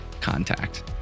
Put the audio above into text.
contact